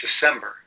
December